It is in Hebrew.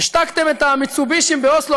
השתקתם את ה"מיצובישים" באוסלו,